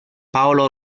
paolo